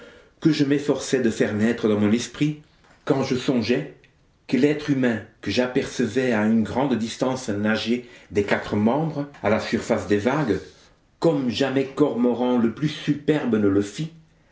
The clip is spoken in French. que je m'efforçais de faire naître dans mon esprit quand je songeais que l'être humain que j'apercevais à une grande distance nager des quatre membres à la surface des vagues comme jamais cormoran le plus superbe ne le fit